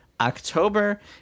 October